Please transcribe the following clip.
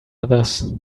others